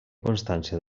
constància